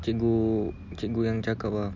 cikgu cikgu yang cakap ah